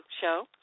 Show